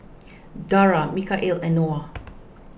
Dara Mikhail and Noah